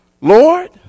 Lord